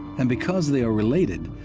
and because they are related,